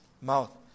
mouth